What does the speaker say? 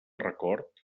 record